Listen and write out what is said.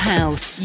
House